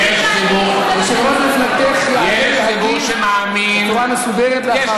יושב-ראש מפלגתך יעלה להגיב בצורה מסודרת לאחר מכן.